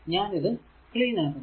ഞാൻ ഇത് ക്ലീൻ ആക്കുന്നു